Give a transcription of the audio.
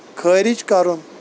خٲرِج کَرُن